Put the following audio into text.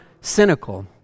cynical